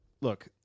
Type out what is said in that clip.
look